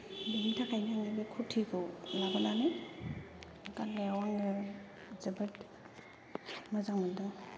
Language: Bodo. बेनिथाखायनो बे खुर्तिखौ लाबोनानै गान्नायाव आङो जोबोद मोजां मोनदों